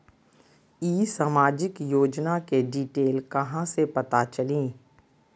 ई सामाजिक योजना के डिटेल कहा से पता चली?